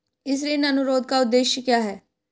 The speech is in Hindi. इस ऋण अनुरोध का उद्देश्य क्या है?